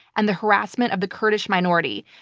and the harassment of the kurdish minority.